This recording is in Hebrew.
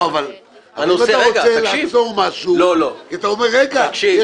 אתה רוצה לעצור משהו כי אתה אומר: רגע,